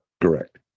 Correct